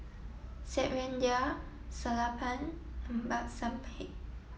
Satyendra Sellapan and Babasaheb